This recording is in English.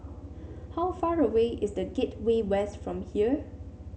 how far away is The Gateway West from here